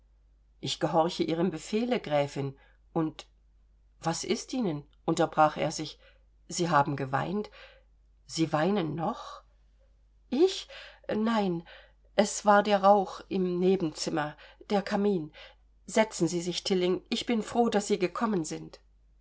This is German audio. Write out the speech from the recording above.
ich gehorche ihrem befehle gräfin und was ist ihnen unterbrach er sich sie haben geweint sie weinen noch ich nein es war der rauch im nebenzimmer der kamin setzen sie sich tilling ich bin froh daß sie gekommen sind